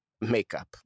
makeup